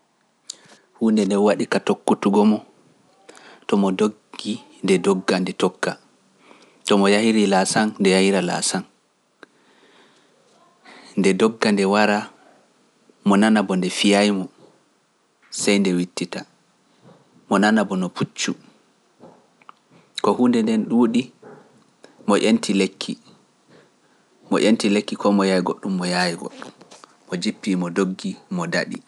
Huunde nde waɗi ka tokkotugo mo to mo doggi nde dogga nde tokka to mo yahiri laasan nde yahira laasan nde dogga nde wara bo nde fiyaay mo sey nde wittita mo nana bo no puccu ko huunde nden ɗuuɗi mo ƴenti lekki mo ƴenti lekki komo yaygo ɗum mo yaygo mo jippi mo doggi mo daɗi